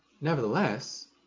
Nevertheless